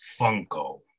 Funko